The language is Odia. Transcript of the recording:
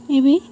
ଏବେ